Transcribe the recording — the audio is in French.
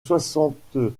soixante